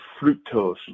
fructose